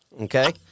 Okay